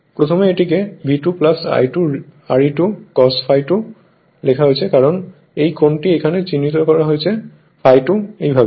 প্রথমে এটিকে V2 I2 Re₂Cos ∅2 কারণ এই কোণটি এখানে চিহ্নিত করা হয়েছে ∅2 এইভাবে